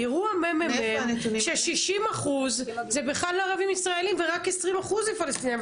הראו הממ"מ ש-60 אחוז זה בכלל ערבים ישראלים ורק 20 אחוז זה פלסטינים,